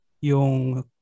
yung